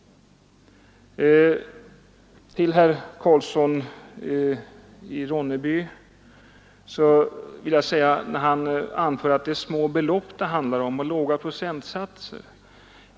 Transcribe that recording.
Herr Karlsson i Ronneby anför att det är små belopp och låga procentsatser.